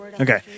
Okay